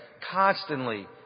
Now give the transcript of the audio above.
constantly